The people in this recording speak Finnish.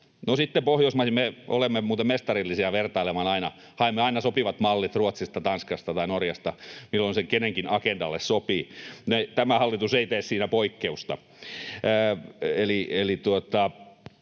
näistä malleista. Me olemme muuten mestarillisia vertailemaan. Haemme aina sopivat mallit Ruotsista, Tanskasta tai Norjasta, milloin se kenenkin agendalle sopii. Tämä hallitus ei tee siinä poikkeusta.